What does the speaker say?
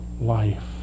life